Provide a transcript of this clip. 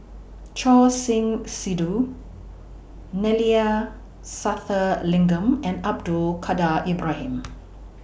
Choor Singh Sidhu Neila Sathyalingam and Abdul Kadir Ibrahim